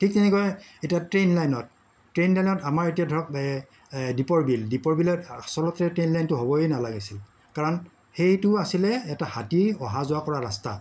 ঠিক তেনেকৈ এতিয়া ট্ৰেইন লাইনত ট্ৰেইন লাইনত আমৰ এতিয়া ধৰক দ্বীপৰ বিল দ্বীপৰ বিলত আচলতে ট্ৰেইন লাইনটো হ'বই নালাগিছিল কাৰণ সেইটো আছিলে হাতী অহা যোৱা কৰা ৰাস্তা